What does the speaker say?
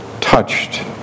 touched